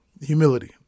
Humility